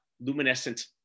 luminescent